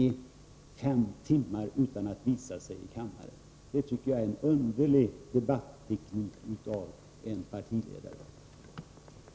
På fem timmar har han inte visat sig här i kammaren. Det tycker jag är en underlig debatteknik från en partiledares sida.